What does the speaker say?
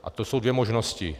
A to jsou dvě možnosti.